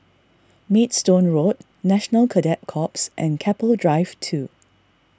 Maidstone Road National Cadet Corps and Keppel Drive two